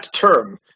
term